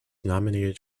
nominated